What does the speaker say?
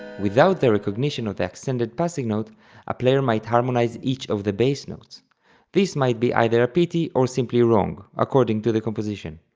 without the recognition of the accented passing note a player might harmonize each of the bass notes this might be either a pitty or simply wrong, according to the composition